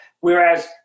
Whereas